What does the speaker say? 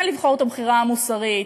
כן לבחור את הבחירה המוסרית.